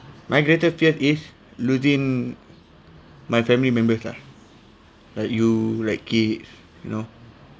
my greatest fear is losing my family members lah like you like kids you know